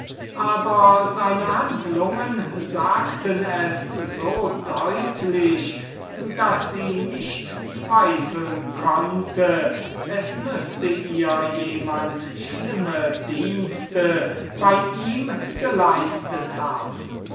aber sein bezeugen sagte es so deutlich daß sie nicht zweifeln konnte es müßte ihr jemand schlimme dienste bei ihm geleistet haben